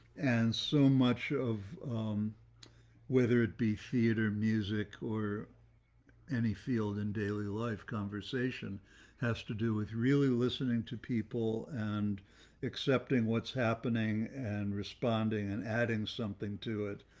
and so much of whether it be theater, music or any field in daily life conversation has to do with really listening to people and accepting what's happening and responding and adding something to it.